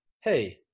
hey